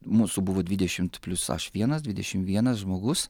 mūsų buvo dvidešimt plius aš vienas dvidešim vienas žmogus